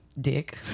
Dick